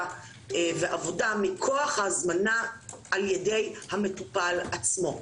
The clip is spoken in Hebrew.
ועבודה מכוח ההזמנה על ידי המטופל עצמו.